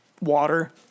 Water